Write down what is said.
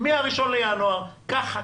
מה-1 בינואר ככה,